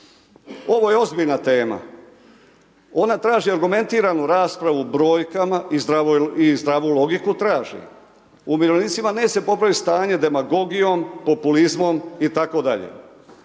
Ovo je ozbiljna tema, ona traži argumentiranu raspravu brojkama i zdravu logiku traži. Umirovljenicima neće se popravit stanje demagogijom, populizmom itd.